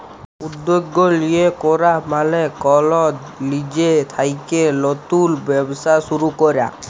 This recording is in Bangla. উদ্যগ লিয়ে ক্যরা মালে কল লিজে থ্যাইকে লতুল ব্যবসা শুরু ক্যরা